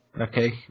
Okay